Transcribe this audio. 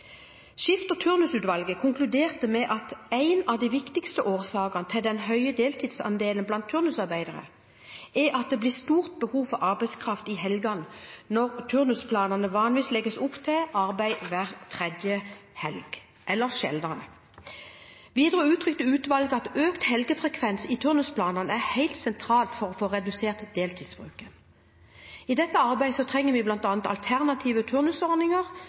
konkluderte med at en av de viktigste årsakene til den høye deltidsandelen blant turnusarbeidere er at det er stort behov for arbeidskraft i helgene, når turnusplanene vanligvis legger opp til arbeid hver tredje helg eller sjeldnere. Videre uttrykte utvalget at økt helgefrekvens i turnusplanene er helt sentralt for å få redusert deltidsbruken. I dette arbeidet trenger vi bl.a. alternative turnusordninger